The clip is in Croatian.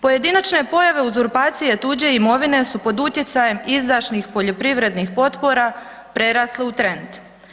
Pojedinačne pojave uzurpacije tuđe imovine su pod utjecajem izdašnih poljoprivrednih potpora prerasle u trend.